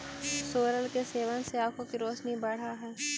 सोरल के सेवन से आंखों की रोशनी बढ़अ हई